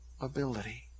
ability